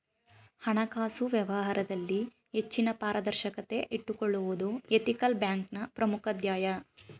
ಹಣಕಾಸು ವ್ಯವಹಾರದಲ್ಲಿ ಹೆಚ್ಚಿನ ಪಾರದರ್ಶಕತೆ ಇಟ್ಟುಕೊಳ್ಳುವುದು ಎಥಿಕಲ್ ಬ್ಯಾಂಕ್ನ ಪ್ರಮುಖ ಧ್ಯೇಯ